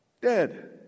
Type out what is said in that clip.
dead